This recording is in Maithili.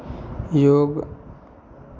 योग